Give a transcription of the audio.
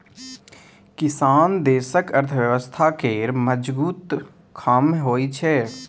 किसान देशक अर्थव्यवस्था केर मजगुत खाम्ह होइ छै